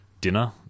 dinner